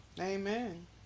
Amen